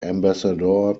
ambassador